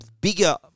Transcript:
bigger